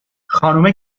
خانومه